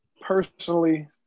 personally